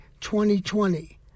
2020